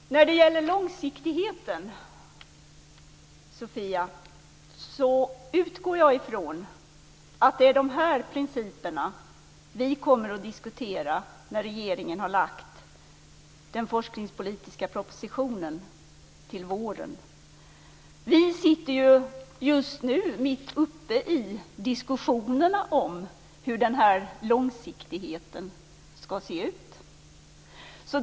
Herr talman! När det gäller långsiktigheten utgår jag från att det är de här principerna vi kommer att diskutera när regeringen har lagt den forskningspolitiska propositionen till våren. Vi sitter just nu mitt uppe i diskussionerna om hur den här långsiktigheten ska se ut.